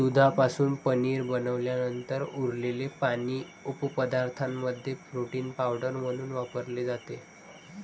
दुधापासून पनीर बनवल्यानंतर उरलेले पाणी उपपदार्थांमध्ये प्रोटीन पावडर म्हणून वापरले जाते